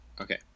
okay